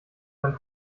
man